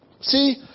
See